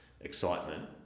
excitement